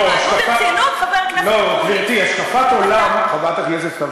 נו, ברצינות, חבר הכנסת אקוניס.